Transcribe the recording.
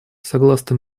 согласно